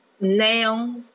now